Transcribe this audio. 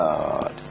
God